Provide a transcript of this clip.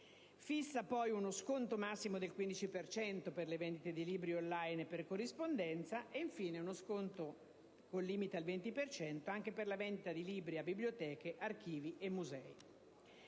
fissa poi uno sconto massimo del 15 per cento per le vendite dei libri *on line* e per corrispondenza e infine uno sconto con limite al 20 per cento anche per la vendita dei libri a biblioteche, archivi e musei.